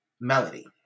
Melody